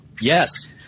Yes